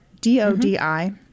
D-O-D-I